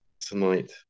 tonight